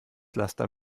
laster